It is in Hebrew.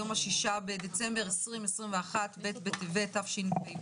היום ה-6 בדצמבר 2021, ב' בטבת תשפ"ב.